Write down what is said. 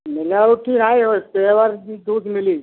मिलावटी नहीं हो प्योर द दूध मिली